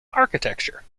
architecture